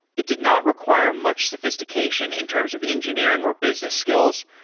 it did not require much sophistication in terms of engineering or business skills,